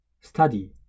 study